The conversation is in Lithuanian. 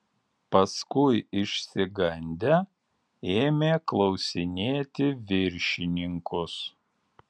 paskui išsigandę ėmė klausinėti viršininkus